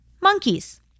monkeys